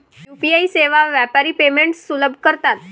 UPI सेवा व्यापारी payments सुलभ करतात